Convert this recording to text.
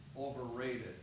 overrated